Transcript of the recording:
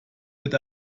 wird